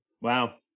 wow